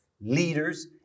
leaders